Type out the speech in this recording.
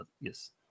Yes